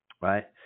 Right